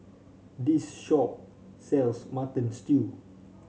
this shop sells Mutton Stew